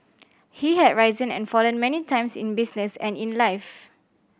he had risen and fallen many times in business and in life